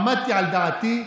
שעמדתי על דעתי,